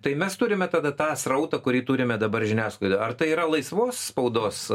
tai mes turime tada tą srautą kurį turime dabar žiniasklaidoj ar tai yra laisvos spaudos